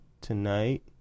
tonight